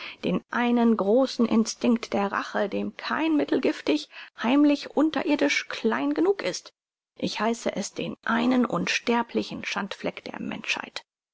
den einen großen instinkt der rache dem kein mittel giftig heimlich unterirdisch klein genug ist ich heiße es den einen unsterblichen schandfleck der menschheit